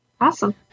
Awesome